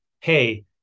Hey